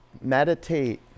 Meditate